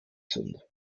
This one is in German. sind